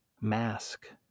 Mask